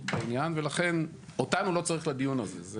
בעניין ולכן אותנו לא צריך לדיון הזה.